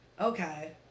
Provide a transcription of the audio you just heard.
Okay